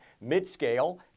mid-scale